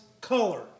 color